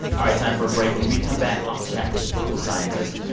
all right. time for a break. when we come back, i'll chat with a political scientist.